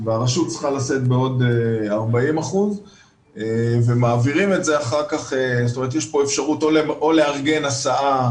והרשות צריכה לשאת בעוד 40%. יש פה אפשרות או לארגן הסעה